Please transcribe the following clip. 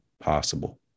possible